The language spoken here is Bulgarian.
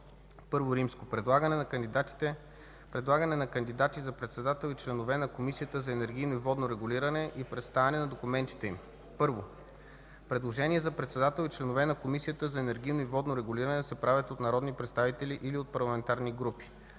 събрание I. Предлагане на кандидати за председател и членове на Комисията за енергийно и водно регулиране и представяне на документите им. 1. Предложения за председател и членове на Комисията за енергийно и водно регулиране се правят от народни представители или от парламентарни групи.